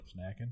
Snacking